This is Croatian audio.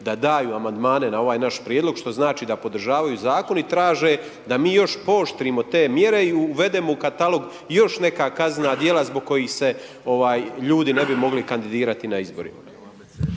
da daju amandmane na ovaj naš prijedlog što znači da podržavaju zakon i traže da mi još pooštrimo te mjere i uvedemo u katalog još neka kaznena djela zbog kojih se ljudi ne bi mogli kandidirati na izborima.